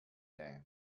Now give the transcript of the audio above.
day